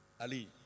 Ali